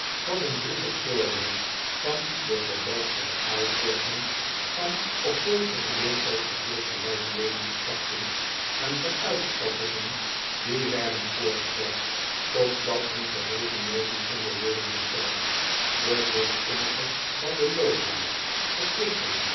was een droevig voorbeeld van de verderfelijke uitwerking van op jeugdigen leeftijd verkeerd geleide ievenskrachten en van uitspattingen die werden voortgezet totdat hun gevolgen nooit meer konden worden hersteld de lichtzinnige bandeloosheid